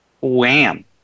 Wham